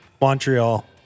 Montreal